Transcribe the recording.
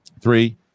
three